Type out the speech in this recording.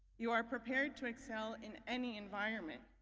you are prepared to excel in any environment.